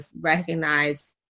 recognize